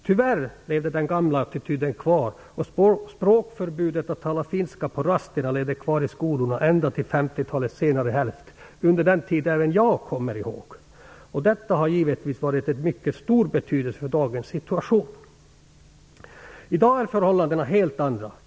Tyvärr levde den gamla attityden kvar, och förbudet att tala finska på rasterna i skolorna levde kvar ända till 1950-talets senare hälft - en tid även jag kommer ihåg. Detta har givetvis varit av mycket stor betydelse för dagens situation. I dag är förhållandena helt andra.